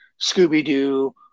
Scooby-Doo